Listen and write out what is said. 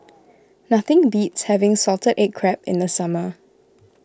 nothing beats having Salted Egg Crab in the summer